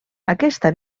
aquesta